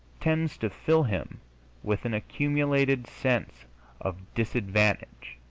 tends to fill him with an accumulated sense of disadvantage,